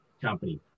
company